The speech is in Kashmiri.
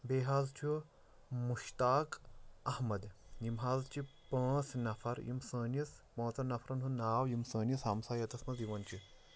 بیٚیہِ حظ چھُ مُشتاق احمد یِم حظ چھِ پانٛژھ نفر یِم سٲنِس پانٛژَن نفرن ہُنٛد ناو یِم سٲنِس ہَمسایَتَس منٛز یِوان چھِ